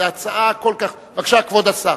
זה הצעה כל כך, בבקשה, כבוד השר.